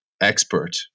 expert